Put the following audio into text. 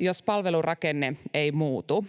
jos palvelurakenne ei muutu.